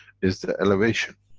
is the elevation.